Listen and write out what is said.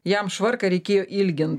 jam švarką reikėjo ilgint